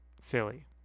silly